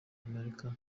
amerika